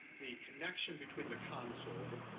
the connection between the console.